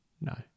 No